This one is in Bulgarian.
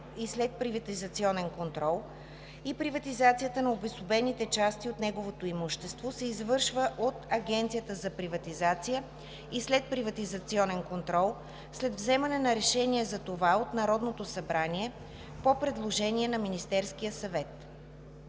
и следприватизационен контрол и приватизацията на обособени части от неговото имущество се извършва от Агенцията за приватизация и следприватизационен контрол след вземане на решение за това от Народното събрание по предложение на Министерския съвет.